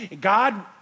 God